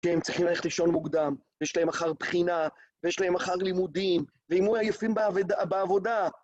כי הם צריכים ללכת לישון מוקדם, ויש להם מחר בחינה, ויש להם מחר לימודים, ואם יהיו עייפים בעבודה...